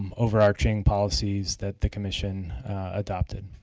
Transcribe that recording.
overarching policies that the commission adopted.